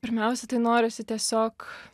pirmiausia tai norisi tiesiog